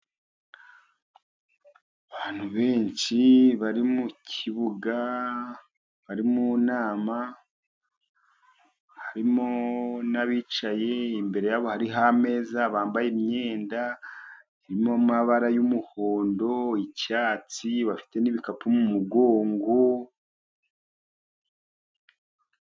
Abantu benshi bari mu kibuga, bari mu nama, harimo n'abicaye imbere yabo hariho ameza, bambaye imyenda irimo amabara y'umuhondo, icyatsi bafite n'ibikapu mu mugongo.